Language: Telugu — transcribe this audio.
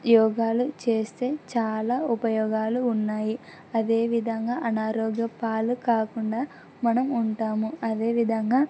యోగాలు చేస్తే చాలా ఉపయోగాలు ఉన్నాయి అదేవిధంగా అనారోగ్యంపాలు కాకుండా మనం ఉంటాము అదేవిధంగా